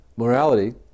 Morality